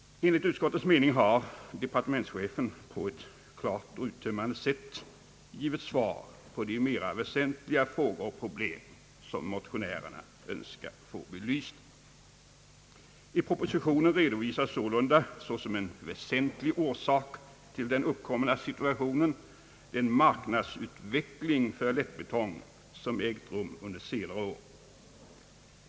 Enligt utskottets mening har departementschefen på ett klart och uttömmande sätt gett svar på de mera väsentliga frågor och problem som motionärerna Önskar få belysta. I propositionen redovisas sålunda såsom en väsentlig orsak till den uppkomna situationen den marknadsutveckling för lättbetong som ägt rum under senare år.